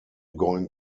going